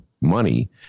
money